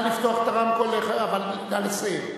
נא לפתוח את הרמקול, אבל נא לסיים.